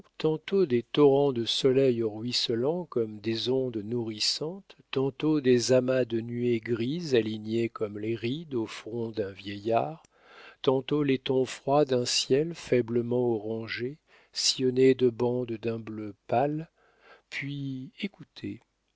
tantôt des torrents de soleil ruisselant comme des ondes nourrissantes tantôt des amas de nuées grises alignées comme les rides au front d'un vieillard tantôt les tons froids d'un ciel faiblement orangé sillonné de bandes d'un bleu pâle puis